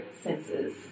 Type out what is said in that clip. senses